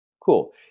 Cool